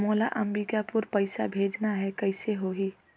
मोला अम्बिकापुर पइसा भेजना है, कइसे होही?